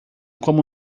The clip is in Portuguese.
como